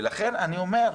ולכן אני אומר,